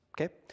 okay